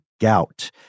gout